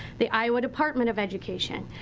the iowa department of education.